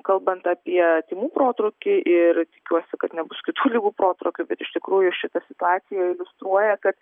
kalbant apie tymų protrūkį ir tikiuosi kad nebus kitų ligų protrūkių bet iš tikrųjų šita situacija iliustruoja kad